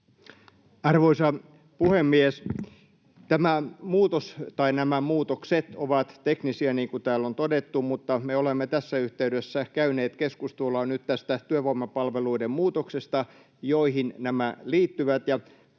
Arvoisa puhemies! Nämä muutokset ovat teknisiä, niin kuin täällä on todettu, mutta me olemme tässä yhteydessä käyneet keskustelua nyt tästä työvoimapalveluiden muutoksesta, johon nämä liittyvät.